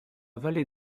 vallée